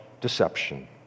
deception